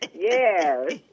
Yes